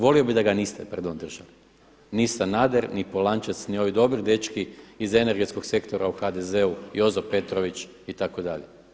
Volio bih da ga niste, pardon držali ni Sanader, ni Polančec, ni ovi dobri dečki iz energetskog sektora u HDZ-u, Jozo Petrović itd.